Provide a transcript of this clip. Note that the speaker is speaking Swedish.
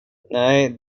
nej